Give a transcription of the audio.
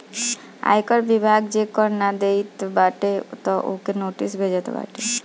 आयकर विभाग जे कर नाइ देत बाटे तअ ओके नोटिस भेजत बाटे